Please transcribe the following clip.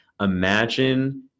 imagine